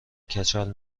کچل